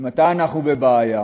ומתי אנחנו בבעיה?